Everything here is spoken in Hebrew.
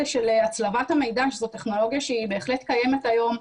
של הצלבת המידע שזאת טכנולוגיה שהיא בהחלט קיימת היום.